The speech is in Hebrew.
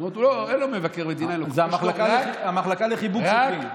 אין לו מבקר מדינה, אין לו, המחלקה לחיבוק שוטרים.